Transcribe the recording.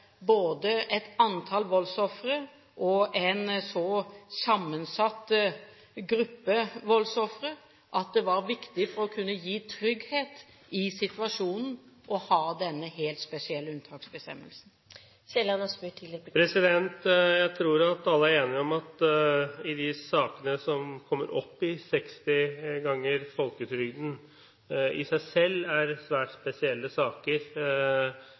både et antall voldsofre og en så sammensatt gruppe voldsofre at det er viktig å ha denne helt spesielle unntaksbestemmelsen for å kunne gi trygghet i situasjonen. Jeg tror at alle er enige om at når det gjelder de sakene der man kommer opp i 60 ganger folketrygden, er det i seg selv svært spesielle saker,